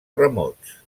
remots